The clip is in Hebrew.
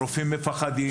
הרופאים מפחדים,